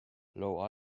low